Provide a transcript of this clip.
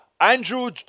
Andrew